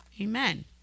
Amen